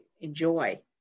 enjoy